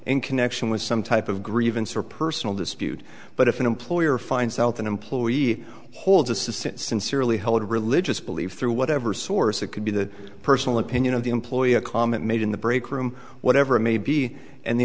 in connection with some type of grievance or personal dispute but if an employer finds out an employee he holds assistant sincerely held religious beliefs through whatever source it could be the personal opinion of the employee a comment made in the breakroom whatever it may be and the